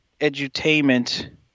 Edutainment